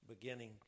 beginning